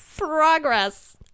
Progress